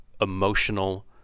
emotional